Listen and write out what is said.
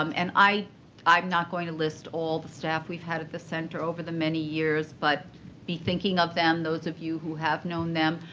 um and i'm not going to list all the staff we've had at the center over the many years, but be thinking of them, those of you who have known them.